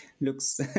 Looks